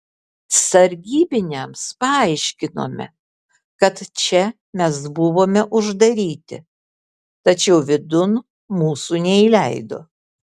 sargybiniams paaiškinome kad čia mes buvome uždaryti tačiau vidun mūsų neįleido